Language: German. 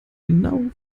genau